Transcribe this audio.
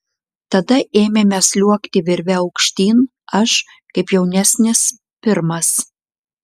tada ėmėme sliuogti virve aukštyn aš kaip jaunesnis pirmas